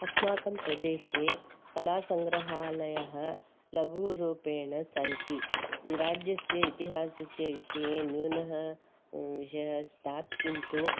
अस्माकं प्रदेशे कला सङ्ग्रहालयः लघुरूपेण सन्ति रज्यस्य इतिहसस्य विषये न्यूनः विषयः स्यात् किन्तु